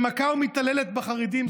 שמכה ומתעללת בחרדים.